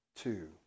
Two